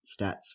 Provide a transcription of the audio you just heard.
stats